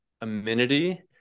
amenity